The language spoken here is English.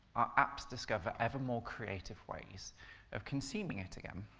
apps discover ever more creative ways of consuming it again.